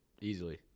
easily